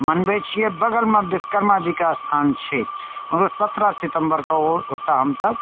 मनबै छियै बगलमे विश्वकर्मा जीके स्थान छथि ओहिमे सत्रह सितम्बर कऽ ओतऽ हमसब